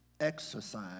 exercise